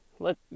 look